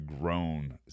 grown